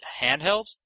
handheld